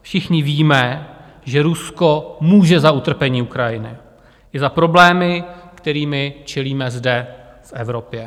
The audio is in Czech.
Všichni víme, že Rusko může za utrpení Ukrajiny i za problémy, kterým čelíme zde Evropě.